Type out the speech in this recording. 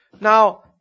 Now